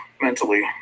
mentally